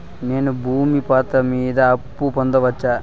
నేను భూమి పత్రాల మీద అప్పు పొందొచ్చా?